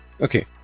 Okay